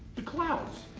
the clouds.